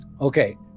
okay